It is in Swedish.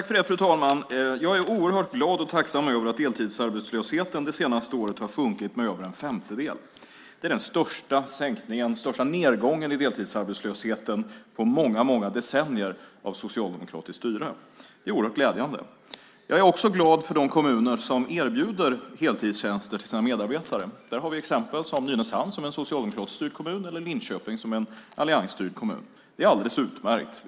Fru talman! Jag är oerhört glad och tacksam över att deltidsarbetslösheten det senaste året har sjunkit med över en femtedel. Det är den största nedgången i deltidsarbetslösheten på många decennier av socialdemokratiskt styre. Det är oerhört glädjande. Jag är också glad för de kommuner som erbjuder sina medarbetare heltidstjänster. Där har vi exempel som Nynäshamn, som är en socialdemokratiskt styrd kommun, eller Linköping, som är en alliansstyrd kommun. Det är alldeles utmärkt.